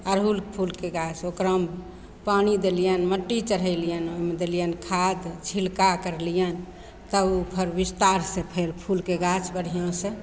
अड़हुल फूलके गाछ ओकरामे पानी देलिअनि मट्टी चढ़ेलिअनि ओहिमे देलिअनि खाद छिलका कटेलिअनि तब ओ फिर विस्तारसे फेर फूलके गाछ बढ़िआँसे